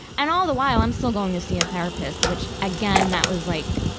and all the while, i'm still going to see a therapist, which, again, that was like,